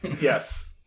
Yes